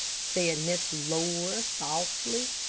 said miss laura, softly.